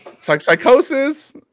psychosis